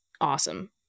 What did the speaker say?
awesome